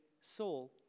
Saul